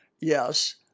Yes